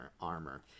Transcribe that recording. armor